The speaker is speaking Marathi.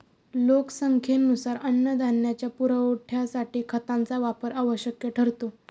लोकसंख्येनुसार अन्नधान्याच्या पुरवठ्यासाठी खतांचा वापर आवश्यक ठरतो